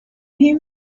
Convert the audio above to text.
him